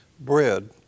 bread